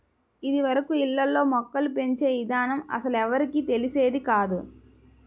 ఇదివరకు ఇళ్ళల్లో మొక్కలు పెంచే ఇదానం అస్సలెవ్వరికీ తెలిసేది కాదు